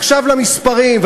עכשיו למספרים,